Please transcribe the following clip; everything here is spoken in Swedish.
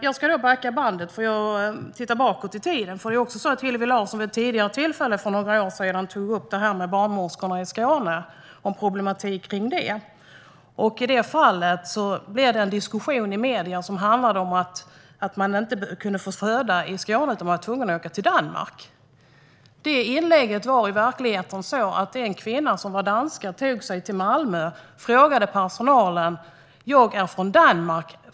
Jag ska backa bandet och blicka bakåt i tiden, för Hillevi Larsson tog för några år sedan upp problematiken med barnmorskorna i Skåne. I det fallet blev det en diskussion i medierna om att man inte kunde få föda i Skåne utan var tvungen att åka till Danmark. I verkligheten var det en dansk kvinna som tog sig till Malmö där hon sa: Jag är från Danmark.